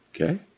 Okay